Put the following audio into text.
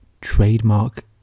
trademark